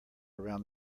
around